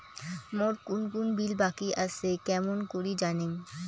মোর কুন কুন বিল বাকি আসে কেমন করি জানিম?